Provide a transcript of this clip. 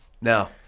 Now